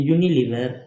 Unilever